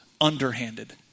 underhanded